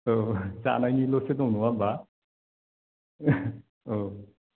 औ जानायनिल'सो दं नङा होमब्ला औ